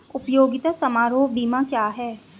उपयोगिता समारोह बीमा क्या है?